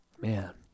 Man